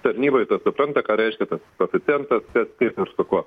tarnyboj supranta ką reiškia tas koeficientas kaip ir su kuo